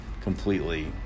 completely